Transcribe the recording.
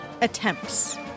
attempts